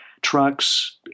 trucks